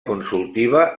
consultiva